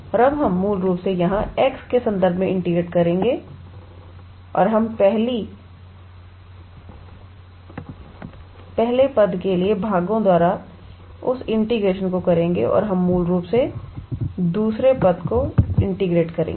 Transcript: और अब हम मूल रूप से यहाँ x के संदर्भ में इंटीग्रेटेड करेंगे और हम पहला पद के लिए भागों द्वारा उस इंटीग्रेशन को करेंगे और हम मूल रूप से दूसरा पद को इंटीग्रेट करेंगे